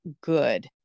good